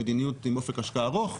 מדיניות עם אופי השקעה ארוך,